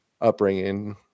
upbringing